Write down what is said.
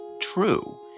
true